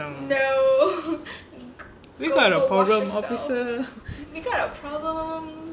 no we got a problem officer